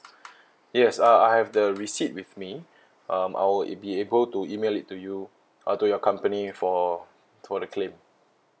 yes uh I have the receipt with me um I'll be able to email it to you uh to your company for for the claim